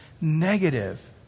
negative